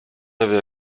avait